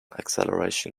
acceleration